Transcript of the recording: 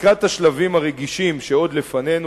לקראת השלבים הרגישים שעוד לפנינו